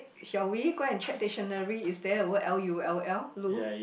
shall we go and check dictionary is there a word L U L L Lull